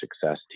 success